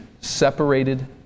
separated